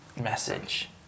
message